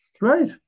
Right